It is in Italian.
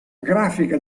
grafica